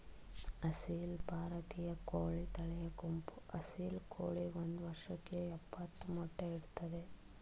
ಅಸೀಲ್ ಭಾರತೀಯ ಕೋಳಿ ತಳಿಯ ಗುಂಪು ಅಸೀಲ್ ಕೋಳಿ ಒಂದ್ ವರ್ಷಕ್ಕೆ ಯಪ್ಪತ್ತು ಮೊಟ್ಟೆ ಇಡ್ತದೆ